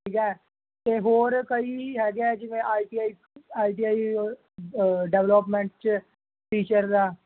ਠੀਕ ਹੈ ਅਤੇ ਹੋਰ ਕਈ ਹੈਗੇ ਆ ਜਿਵੇਂ I C I I T I development 'ਚ ਟੀਚਰ ਦਾ